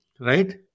right